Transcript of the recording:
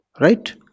right